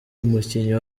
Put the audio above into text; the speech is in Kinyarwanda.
umukinnyi